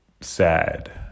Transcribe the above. sad